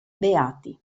beati